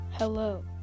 Hello